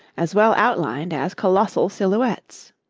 as well outlined as colossal silhouettes.